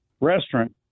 restaurant